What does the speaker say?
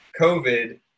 covid